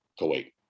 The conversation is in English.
kuwait